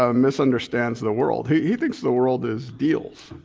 ah misunderstands the world. he thinks the world is deals